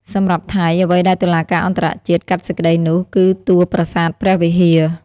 សម្រាប់ថៃ អ្វីដែលតុលាការអន្ដរជាតិកាត់សេចក្ដីនោះ គឺតួប្រាសាទព្រះវិហារ។